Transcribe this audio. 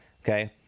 Okay